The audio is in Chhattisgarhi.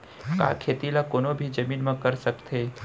का खेती ला कोनो भी जमीन म कर सकथे?